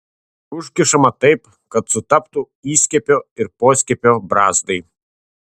užkišama taip kad sutaptų įskiepio ir poskiepio brazdai